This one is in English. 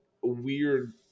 weird